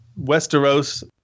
Westeros